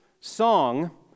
song